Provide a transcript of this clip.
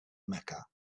mecca